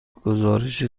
گزارش